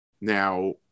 Now